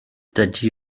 dydy